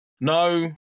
No